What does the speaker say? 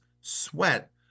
sweat